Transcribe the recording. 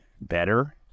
better